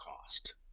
cost